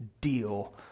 deal